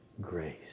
grace